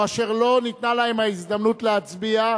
או אשר לא ניתנה להם ההזדמנות להצביע?